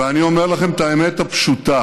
ואני אומר לכם את האמת הפשוטה: